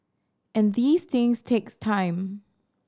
and these things takes time